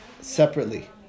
separately